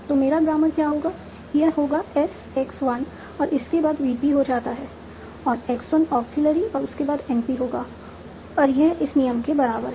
तो मेरा ग्रामर क्या होगा यह होगा S X1 और उसके बाद VP को जाता है और X1 ऑग्ज़ीलियरी और उसके बाद NP होगा और यह इस नियम के बराबर है